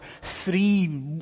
three